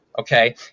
okay